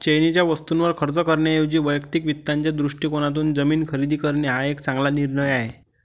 चैनीच्या वस्तूंवर खर्च करण्याऐवजी वैयक्तिक वित्ताच्या दृष्टिकोनातून जमीन खरेदी करणे हा एक चांगला निर्णय आहे